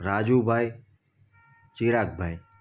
રાજૂ ભાઈ ચિરાગ ભાઈ